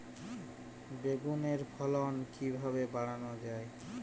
বেগুনের ফলন কিভাবে বাড়ানো যায়?